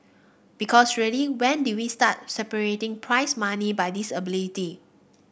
because really when did we start separating prize money by disability